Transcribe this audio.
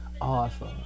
Awesome